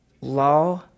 Law